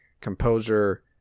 composer